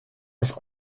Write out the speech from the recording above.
das